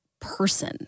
person